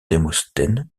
démosthène